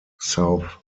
south